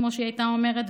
כמו שהיא הייתה אומרת,